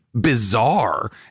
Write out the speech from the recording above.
bizarre